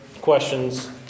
questions